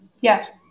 Yes